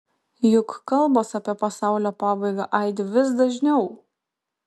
juk kalbos apie pasaulio pabaigą aidi vis dažniau